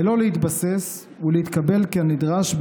בלי להתבסס ולהתקבל כנדרש,